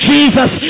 Jesus